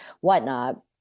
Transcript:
whatnot